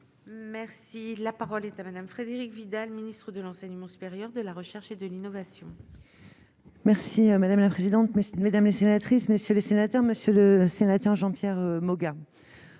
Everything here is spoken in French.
Merci, la parole est à Madame Frédérique Vidal, ministre de l'enseignement supérieur de la recherche et de l'innovation. Merci madame la présidente, mesdames les sénatrices, messieurs les sénateurs, monsieur le sénateur Jean-Pierre Moga,